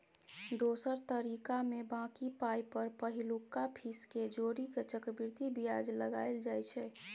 दोसर तरीकामे बॉकी पाइ पर पहिलुका फीस केँ जोड़ि केँ चक्रबृद्धि बियाज लगाएल जाइ छै